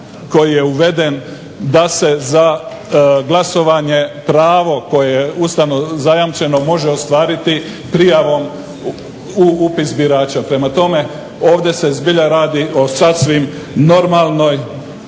koji je uveden da se za glasovanje pravo koje je ustavno zajamčeno može ostvariti prijavom u upis birača. Prema tome, ovdje se zbilja radi o sasvim normalnoj,